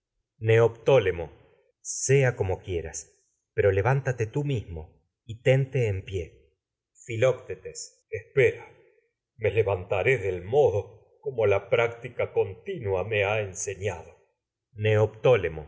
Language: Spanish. conmigo neoptólemo sea como quieras pero levántate tú mismo y tente en pie filoctetes la espera me levantaré del modo como práctica continua me ha enseñado